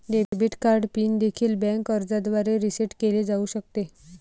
debit card pin देखील bank अर्जाद्वारे reset केले जाऊ शकते